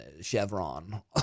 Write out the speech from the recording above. Chevron